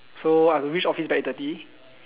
so I got to reach office by eight thirty